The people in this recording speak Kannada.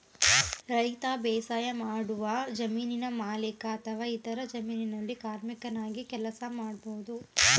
ರೈತ ಬೇಸಾಯಮಾಡುವ ಜಮೀನಿನ ಮಾಲೀಕ ಅಥವಾ ಇತರರ ಜಮೀನಲ್ಲಿ ಕಾರ್ಮಿಕನಾಗಿ ಕೆಲಸ ಮಾಡ್ಬೋದು